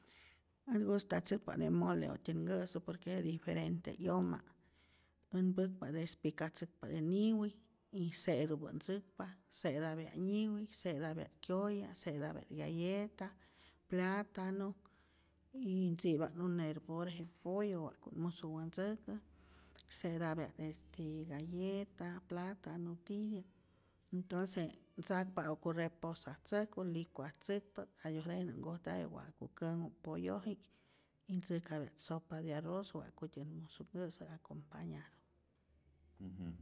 Ät ngustatzäkpa't je mole wa'tyät nkä'su, por que jete diferente 'yoma', äj mpäkpa't despikatzäkpa't je niwi y se'tupä't ntzäkpa, se'tapya't nyiwi, se'tapya't kyoya' se'tapya't galleta, platano y tzi'pa't un herbor je pollo wa'ku't musu wäntzäkä, se'tapya't este galleta, platano tiyä, entonce ntzakpa't ja'ku reposatzäjku, licuatzäkpa't ayo jenä nkojtajpya't wa'ku känhu'p polloji'k y ntzäjkapya't sopa de arroz wa'kutyät musu nkä'sä acopañado.